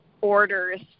orders